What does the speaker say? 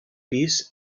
pis